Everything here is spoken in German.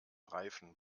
reifen